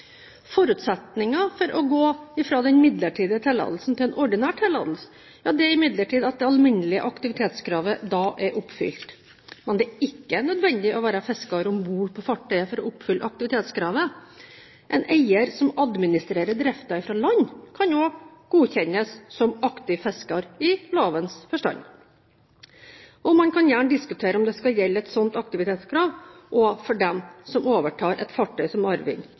for å gå fra den midlertidige tillatelsen til en ordinær tillatelse er imidlertid at det alminnelige aktivitetskravet er oppfylt. Det er ikke nødvendig å være fisker om bord på fartøyet for å oppfylle aktivitetskravet. En eier som administrerer driften fra land, kan også godkjennes som aktiv fisker i lovens forstand. Man kan gjerne diskutere om et slikt aktivitetskrav skal gjelde for den som overtar et fartøy som arving.